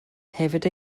hefyd